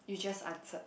you just answered